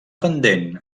pendent